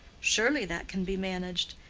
surely that can be managed.